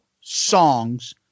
songs